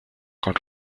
con